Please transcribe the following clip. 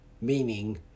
meaning